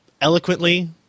eloquently